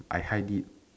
I hide it